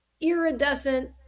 iridescent